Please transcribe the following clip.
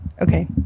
Okay